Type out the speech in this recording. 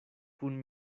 kun